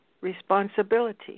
responsibility